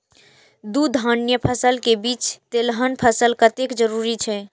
दू धान्य फसल के बीच तेलहन फसल कतेक जरूरी छे?